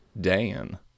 Dan